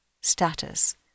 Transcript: status